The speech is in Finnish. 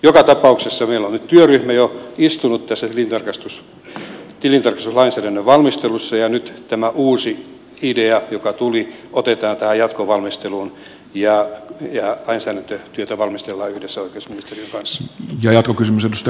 joka tapauksessa meillä on nyt työryhmä jo istunut tässä tilintarkastuslainsäädännön valmistelussa ja nyt tämä uusi idea joka tuli otetaan tähän jatkovalmisteluun ja lainsäädäntötyötä valmistellaan yhdessä oikeusministeriön kanssa